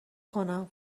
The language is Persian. کنم